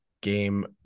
game